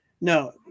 No